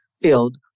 filled